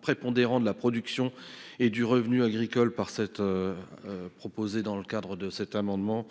prépondérant de la production et du revenu agricoles, proposée dans cet amendement,